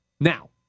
Now